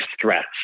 threats